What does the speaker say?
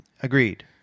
Agreed